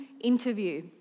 interview